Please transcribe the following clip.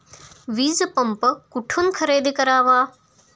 वीजपंप कुठून खरेदी करावा?